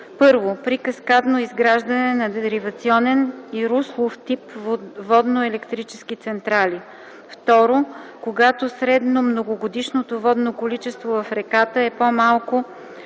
1. при каскадно изграждане на деривационен и руслов тип водноелектрически централи; 2. когато средномногогодишното водно количество в реката е по-малко